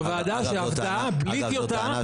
זה ועדה שעבדה בלי טיוטה,